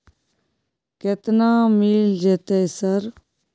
केतना मिल जेतै सर?